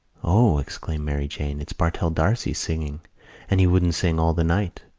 o, exclaimed mary jane. it's bartell d'arcy singing and he wouldn't sing all the night.